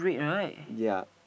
yeah